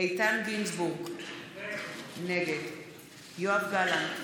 איתן גינזבורג, נגד יואב גלנט,